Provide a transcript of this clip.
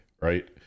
right